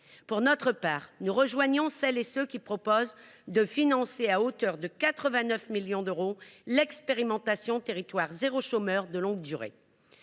Pour notre part, nous rejoignons celles et ceux qui proposent de financer à hauteur de 89 millions d’euros l’expérimentation Territoires zéro chômeur de longue durée.